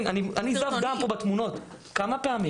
כן, אני זב דם פה בתמונות, כמה פעמים.